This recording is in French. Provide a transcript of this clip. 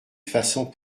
façons